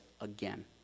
again